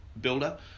builder